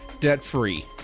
debt-free